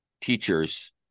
teachers